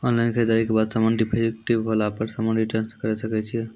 Online खरीददारी के बाद समान डिफेक्टिव होला पर समान रिटर्न्स करे सकय छियै?